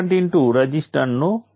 pr 0 અથવા આ એક સમાન બિંદુ નથી